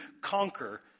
conquer